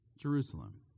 Jerusalem